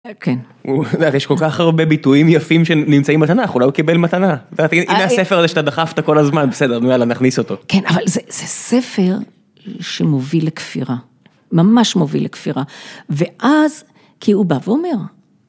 כן, יש כל כך הרבה ביטויים יפים שנמצאים בתנ"ך, אולי הוא קיבל מתנה. אם הספר הזה שאתה דחפת כל הזמן, בסדר, נכניס אותו. כן, אבל זה ספר שמוביל לכפירה. ממש מוביל לכפירה. ואז, כי הוא בא ואומר.